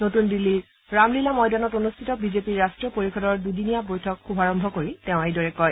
নতুন দিল্লীৰ ৰামলীলা ময়দানত অনুষ্ঠিত বিজেপিৰ ৰষ্ট্ৰীয় পৰিষদৰ দুদিনীয়া বৈঠক শুভাৰম্ভ কৰি তেওঁ এই কথা প্ৰকাশ কৰে